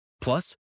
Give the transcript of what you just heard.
Plus